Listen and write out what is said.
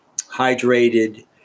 hydrated